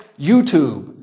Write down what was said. YouTube